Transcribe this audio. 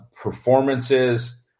performances